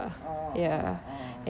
oh oh oh